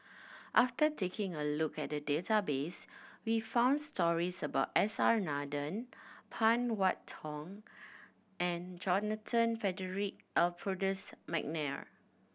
after taking a look at the database we found stories about S R Nathan Phan Wait Hong and Johnathan Frederick Adolphus McNair